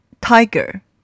tiger